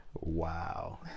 wow